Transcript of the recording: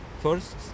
first